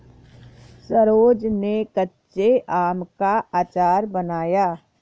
सरोज ने कच्चे आम का अचार बनाया